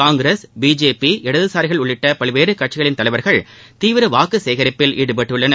Congress BJP இடதுசாரிகள் உள்ளிட்ட பல்வேறு கட்சிகளின் தலைவர்கள் தீவிர வாக்கு சேரிப்பில் ஈடுபட்டுள்ளனர்